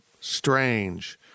Strange